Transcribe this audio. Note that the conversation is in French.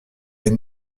est